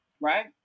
Right